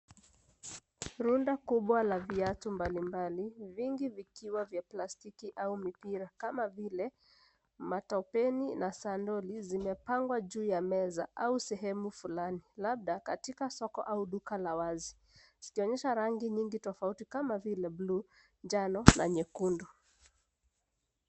Runda kubwa la viatu mbalimbali, vingi vikiwa vya plastiki au mipira kama vile matopeni na sandoli zimepangwa juu ya meza au sehemu fulani labda katika soko au duka la wazi, zikionyesha rangi mingi tofauti kama vile blue , njano na nyekundu.